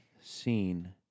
seen